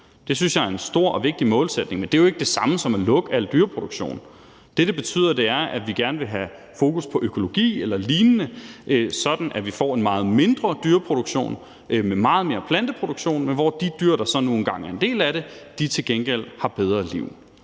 Det synes jeg er en stor og vigtig målsætning, men det er jo ikke det samme som at lukke al dyreproduktion. Det, det betyder, er, at vi gerne vil have fokus på økologi eller lignende, sådan at vi får en meget mindre dyreproduktion og meget mere planteproduktion, men hvor de dyr, der så nu engang er en del af det, til gengæld har bedre liv,